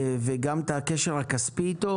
וגם את הקשר הכספי איתו.